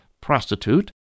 prostitute